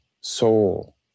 soul